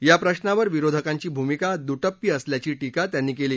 या प्रश्नावर विरोधकांची भूमिका दुटप्पी असल्याची टीका त्यांनी केली